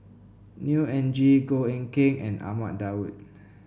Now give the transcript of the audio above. Neo Anngee Goh Eck Kheng and Ahmad Daud